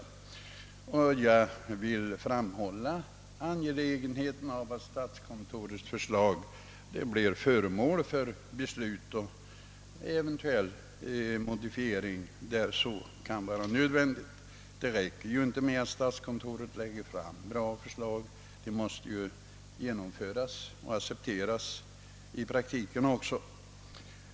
Jag vill framhålla angelägenheten av att statskontorets förslag blir föremål för beslut och eventuell modifiering där så kan vara nödvändigt. Det räcker inte med att statskontoret lägger fram goda förslag; de måste också accepteras och genomföras i praktiken.